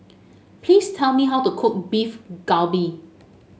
please tell me how to cook Beef Galbi